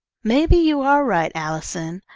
maybe you are right, allison.